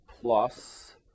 plus